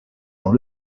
dans